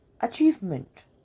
achievement